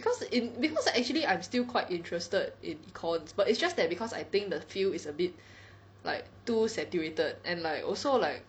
cause in cause actually I'm still quite interested in econs but it's just that cause I think the field is a bit like too saturated and like also like